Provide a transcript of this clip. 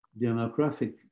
demographic